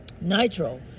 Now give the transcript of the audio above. Nitro